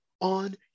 on